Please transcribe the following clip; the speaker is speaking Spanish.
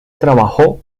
trabajó